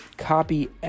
copy